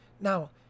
Now